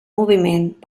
moviment